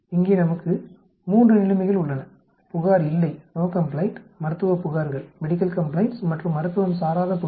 இங்கே நமக்கு 3 நிலைமைகள் உள்ளன புகார் இல்லை மருத்துவ புகார்கள் மற்றும் மருத்துவம் சாராத புகார்கள்